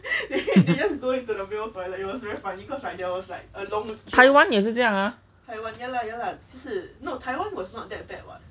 taiwan 也是这样啊